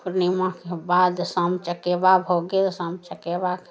पूर्णिमाके बाद साम चकेबा भऽ गेल साम चकेबा